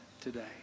today